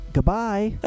Goodbye